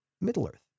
Middle-earth